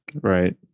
right